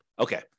Okay